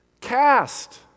cast